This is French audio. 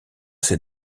ces